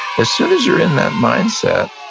as soon as you're in that mindset,